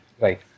Right